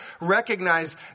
recognize